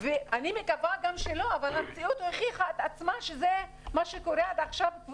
גם אני מקווה שלא אבל המציאות הוכיחה את עצמה וזה מה שקורה עד עכשיו.